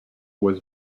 was